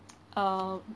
um